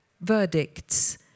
verdicts